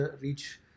reach